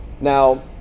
Now